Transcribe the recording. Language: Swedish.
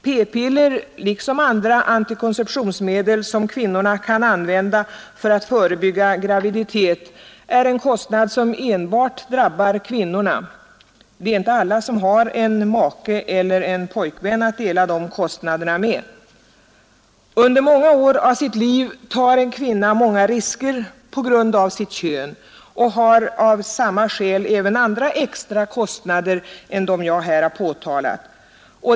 P-piller liksom andra antikonceptionsmedel som kvinnor kan använda för att förebygga graviditet medför en kostnad som enbart drabbar kvinnorna — det är inte alla som har en make eller en pojkvän att dela de kostnaderna med. Under många år av sitt liv tar en kvinna många risker på grund av sitt kön och har av samma skäl även andra extra kostnader än de jag här har berört.